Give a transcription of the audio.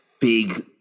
Big